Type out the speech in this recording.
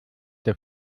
der